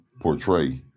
portray